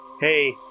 Hey